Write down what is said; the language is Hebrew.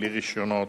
בלי רשיונות,